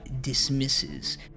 dismisses